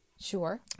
Sure